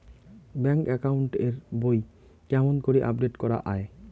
Bank account এর বই কেমন করি আপডেট করা য়ায়?